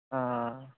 हां